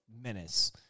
menace